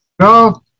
no